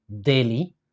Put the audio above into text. daily